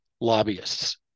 lobbyists